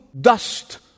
dust